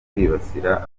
kwibasira